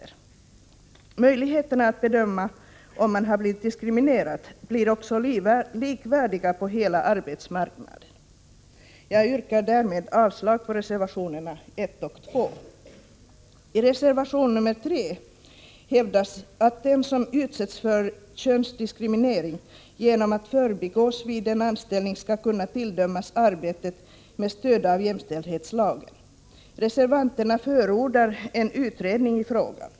Möjligheterna att bedöma om man har blivit diskriminerad blir också likvärdiga på hela arbetsmarknaden. Jag yrkar därmed avslag på reservationerna 1 och 2. I reservation nr 3 hävdas att den som utsätts för könsdiskriminering genom att förbigås vid en anställning skall kunna tilldömas anställningen med stöd av jämställdhetslagen. Reservanterna förordar en utredning i frågan.